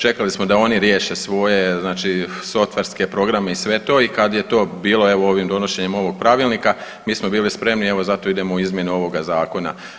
Čekali smo da oni riješe svoje znači softverske programe i sve to i kad je to bilo evo ovim donošenjem ovog pravilnika mi smo bili spremni i evo zato idemo u izmjenu ovoga zakona.